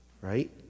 Right